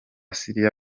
syria